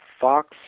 Fox